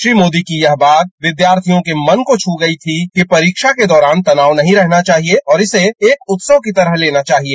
श्री मोदी की यह बात विद्यार्थियों के मन को छू गई थी कि परीक्षा के दौरान तनाव नहीं रहना चाहिए और इसे एक उत्सव की तरह लेना चाहिए